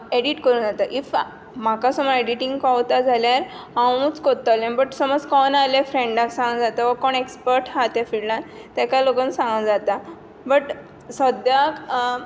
edit करूंक जाता if म्हाका समज एडिटींग कळटा जाल्यार हांवूच करतलें बट समज कळना जाल्यार फ्रँडाक सांगूंक जाता वा कोण एक्सपर्ट आसा ते फिल्डांत ताका लेगून सांगूंक जाता बट सद्याक